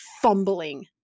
fumbling